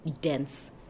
dense